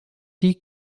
die